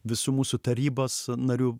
visų mūsų tarybos narių